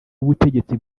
w’ubutegetsi